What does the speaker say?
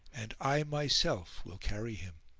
and i myself will carry him.